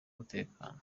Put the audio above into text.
umutekano